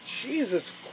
Jesus